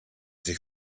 sich